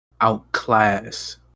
outclass